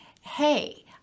hey